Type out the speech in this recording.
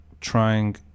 trying